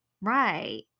Right